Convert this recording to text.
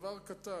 דבר קטן,